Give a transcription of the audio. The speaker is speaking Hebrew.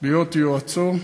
להיות יועצו,